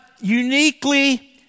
uniquely